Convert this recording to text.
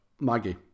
Maggie